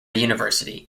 university